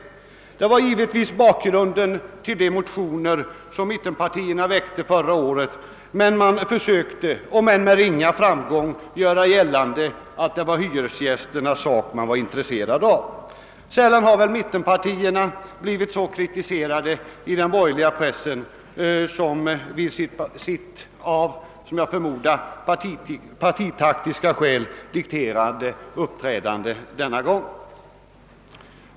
Detta var givetvis bakgrunden till de motioner mittenpartierna väckte förra året, men man försökte på detta håll — om än med ringa framgång — göra gällande att det var hyresgästernas sak man var intresserad av. Sällan har mittenpartierna blivit så kritiserade i den borgerliga pressen som i samband med sitt av, såsom jag förmodar, partitaktiska hänsyn dikterade uppträdande denna gång.